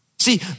See